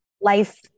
life